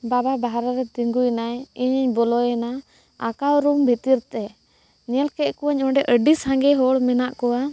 ᱵᱟᱵᱟ ᱵᱟᱦᱨᱮ ᱨᱮ ᱛᱤᱸᱜᱩᱭᱱᱟᱭ ᱤᱧᱤᱧ ᱵᱚᱞᱚᱭᱮᱱᱟ ᱟᱠᱟᱣ ᱨᱩᱢ ᱵᱷᱤᱛᱤᱨ ᱛᱮ ᱧᱮᱞ ᱠᱮᱫ ᱠᱚᱣᱟᱹᱧ ᱚᱸᱰᱮ ᱟᱹᱰᱤ ᱥᱟᱸᱜᱮ ᱦᱚᱲ ᱢᱮᱱᱟᱜ ᱠᱚᱣᱟ